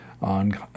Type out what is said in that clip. on